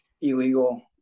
illegal